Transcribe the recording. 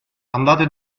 andate